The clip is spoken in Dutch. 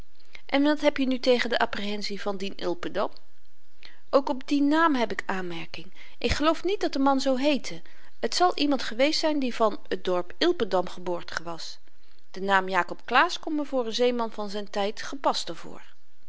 en wat heb je nu tegen de apprehensie van dien ilpendam ook op dien naam heb ik aanmerking ik geloof niet dat de man zoo heette t zal iemand geweest zyn die van het dorp ilpendam geboortig was de naam jacob claesz komt me voor n zeeman van zyn tyd gepaster